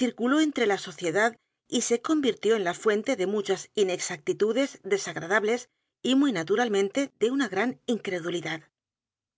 circuló entre la sociedad y se convirtió en la fuente d e m u c h a s inexactitudes desagradables y muy naturalmente de una gran incredulidad